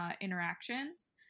interactions